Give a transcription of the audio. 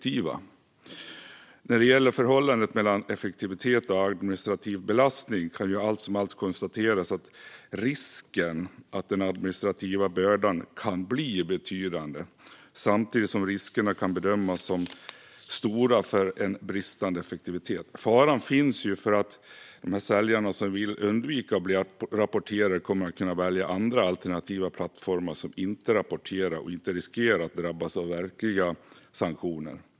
Rapportering och utbyte av upplysningar om inkomster genom digitala plattformar När det gäller förhållandet mellan effektivitet och administrativ belastning kan det konstateras att risken är att den administrativa bördan blir betydande samtidigt som riskerna för en bristande effektivitet kan bedömas som stora. Faran är att de säljare som vill undvika att bli rapporterade kommer att välja alternativa plattformar som inte rapporterar och därmed inte riskerar att drabbas av verkliga sanktioner.